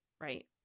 right